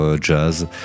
jazz